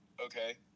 Okay